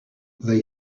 they